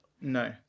No